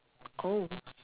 oh